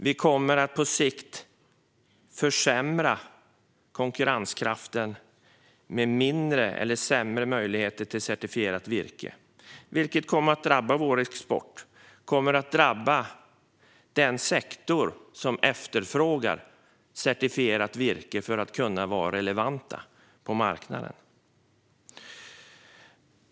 Vi kommer på sikt att försämra konkurrenskraften med sämre möjligheter till certifierat virke, vilket kommer att drabba vår export och den sektor som efterfrågar certifierat virke för att kunna vara relevant på marknaden.